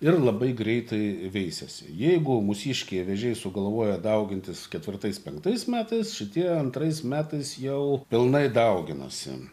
ir labai greitai veisiasi jeigu mūsiškiai vėžiai sugalvoja daugintis ketvirtais penktais metais šitie antrais metais jau pilnai dauginasi